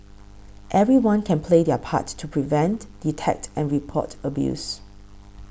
everyone can play their part to prevent detect and report abuse